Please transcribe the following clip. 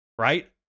right